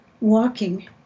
walking